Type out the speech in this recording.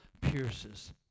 pierces